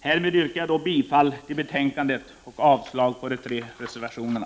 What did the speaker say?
Härmed yrkar jag bifall till utskottets hemställan och avslag på de tre reservationerna.